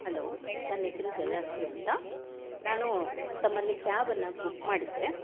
hello ನನ್ನ ಹೆಸರು ಜಲಜಾಕ್ಷಿ ಅಂತ ನಾನು ತಮ್ಮಲ್ಲಿ ಕ್ಯಾಬನ್ನು ಬುಕ್ ಮಾಡಿದ್ದೆ